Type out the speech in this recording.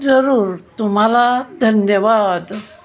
जरूर तुम्हाला धन्यवाद